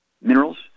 Minerals